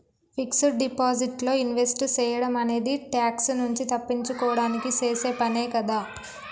fixed deposit లో invest సేయడం అనేది ట్యాక్స్ నుంచి తప్పించుకోడానికి చేసే పనే కదా